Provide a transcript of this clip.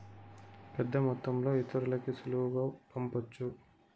పెద్దమొత్తంలో ఇతరులకి సులువుగా పంపొచ్చు